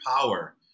power